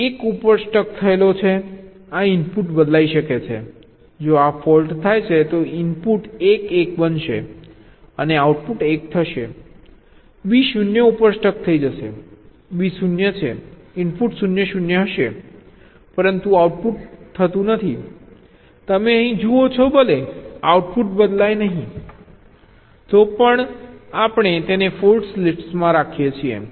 એક 1 ઉપર સ્ટક થયેલો છે આ ઇનપુટ બદલાઈ શકે છે જો આ ફોલ્ટ થાય છે તો ઇનપુટ 1 1 બનશે અને આઉટપુટ 1 થશે b 0 ઉપર સ્ટક થઈ જશે b 0 છે ઇનપુટ 0 0 હશે પરંતુ આઉટપુટ થતું નથી તમે અહીં જુઓ છો ભલે આઉટપુટ બદલાય નહીં તો પણ આપણે તેને ફોલ્ટ લિસ્ટમાં રાખીએ છીએ